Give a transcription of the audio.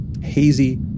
hazy